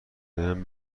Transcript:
بهم